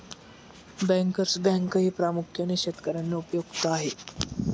bankers बँकही प्रामुख्याने शेतकर्यांना उपयुक्त आहे